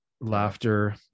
laughter